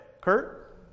Kurt